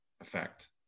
effect